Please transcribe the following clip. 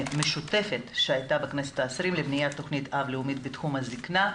משותפת שהייתה בכנסת ה-20 לבניית תוכנית אב לאומית בתחום הזקנה.